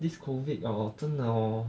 this COVID hor 真的 hor